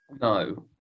No